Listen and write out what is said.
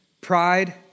pride